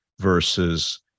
versus